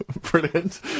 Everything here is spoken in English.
Brilliant